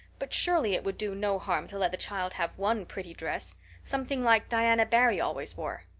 but surely it would do no harm to let the child have one pretty dress something like diana barry always wore.